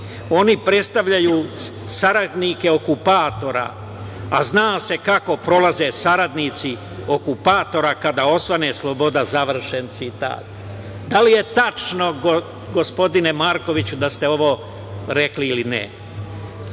oni predstavljaju saradnike okupatora, a zna se kako prolaze saradnici okupatora kada osvane sloboda“, završen citat. Da li je tačno, gospodine Markoviću, da ste ovo rekli ili